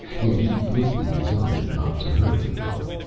yet he greatly desired not to hurt the girl.